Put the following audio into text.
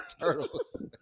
turtles